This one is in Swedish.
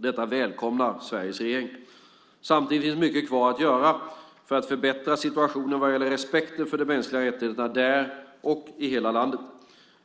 Sveriges regering välkomnar detta. Samtidigt finns mycket kvar att göra för att förbättra situationen vad gäller respekten för de mänskliga rättigheterna där och i hela landet.